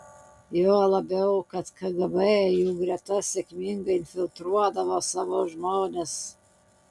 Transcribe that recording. juo labiau kad kgb į jų gretas sėkmingai infiltruodavo savo žmones